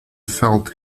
felt